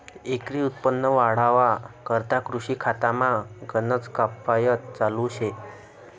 एकरी उत्पन्न वाढावा करता कृषी खातामा गनज कायपात चालू शे